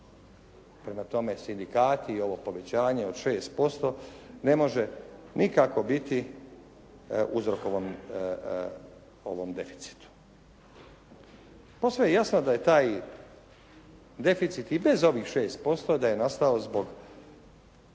Prema tome, sindikati i ovo povećanje od 6% ne može nikako biti uzrok ovom deficitu Posve je jasno da je taj deficit i bez ovih 6% da je nastao zbog